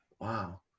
wow